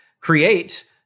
create